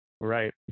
Right